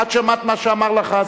את שמעת מה שאמר לך,